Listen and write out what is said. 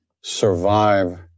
survive